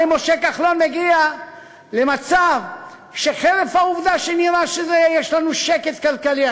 הרי משה כחלון מגיע למצב שחרף העובדה שנראה שיש לנו שקט כלכלי,